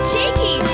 Cheeky